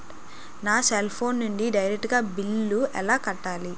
నా cell phone నుంచి direct గా బిల్లు ఎలా కట్టాలి?